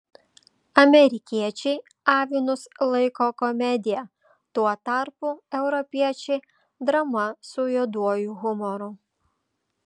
amerikiečiai avinus laiko komedija tuo tarpu europiečiai drama su juoduoju humoru